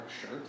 shirt